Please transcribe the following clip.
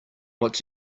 what